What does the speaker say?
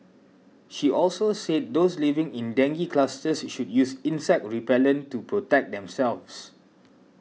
she also said those living in dengue clusters should use insect repellent to protect themselves